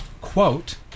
quote